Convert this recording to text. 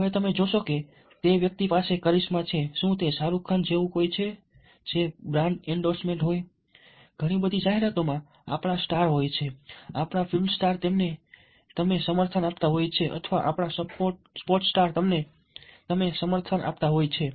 હવે તમે જોશો કે તે વ્યક્તિ પાસે કરિશ્મા છે શું તે શાહરૂખ ખાન જેવું કોઈ છે જે બ્રાન્ડ એન્ડોર્સમેન્ટ હોય ઘણી બધી જાહેરાતોમાં આપણા સ્ટાર્સ હોય છે આપણા ફિલ્મ સ્ટાર્સ તેમને તમે સમર્થન આપતા હોય છે અથવા આપણા સ્પોર્ટ સ્ટાર્સ તેમને તમે સમર્થન આપતા હોય છે